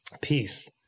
peace